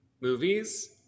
movies